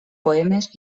poemes